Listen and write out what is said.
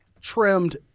trimmed